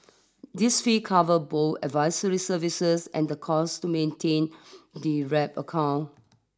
this fee cover bow advisory services and the cost to maintain the wrap account